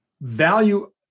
value